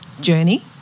journey